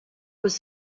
was